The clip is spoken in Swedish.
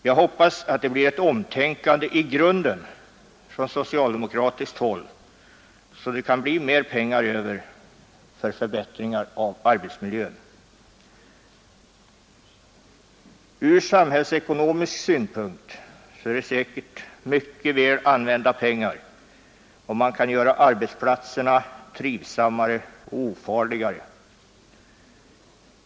Jag hoppas att det från socialdemokratiskt håll blir ett omtänkande i grunden så att det kan bli mera pengar över för förbättringar av arbetsmiljön. Från samhällsekonomisk synpunkt är det säkert mycket väl använda pengar, om man kan göra arbetsplatserna trivsammare och ofarligare.